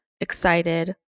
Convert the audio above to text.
excited